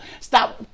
Stop